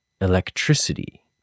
Electricity